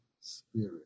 Spirit